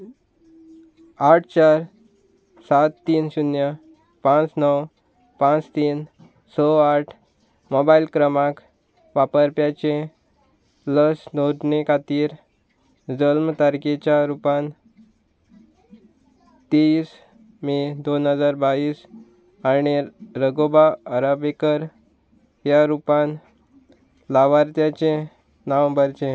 आठ चार सात तीन शुन्य पांच णव पांच तीन स आठ मोबायल क्रमांक वापरप्याचे लस नोंदणी खातीर जल्म तारखेच्या रुपान तीस मे दोन हजार बावीस आनी रघोबा आराबेकर ह्या रुपान लावार्थ्याचें नांव भरचें